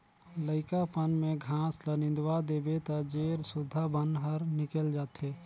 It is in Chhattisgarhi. लइकापन में घास ल निंदवा देबे त जेर सुद्धा बन हर निकेल जाथे